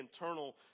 Internal